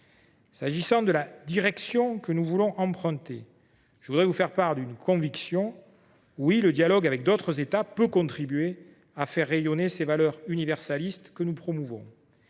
Concernant la direction que nous voulons prendre, je voudrais vous faire part d’une conviction : oui, le dialogue avec d’autres États peut contribuer à faire rayonner les valeurs universalistes que nous promouvons.